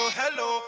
hello